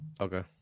okay